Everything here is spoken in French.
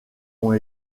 ont